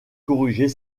corriger